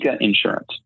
Insurance